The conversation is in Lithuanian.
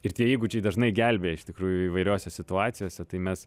ir tie įgūdžiai dažnai gelbėja iš tikrųjų įvairiose situacijose tai mes